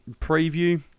preview